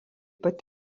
pat